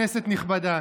תודה רבה.